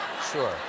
Sure